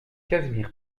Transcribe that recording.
casimir